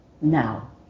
Now